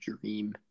dream